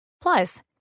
Plus